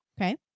Okay